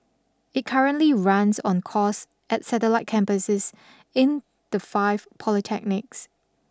it currently runs on course at satellite campuses in the five polytechnics